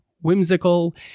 whimsical